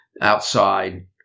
outside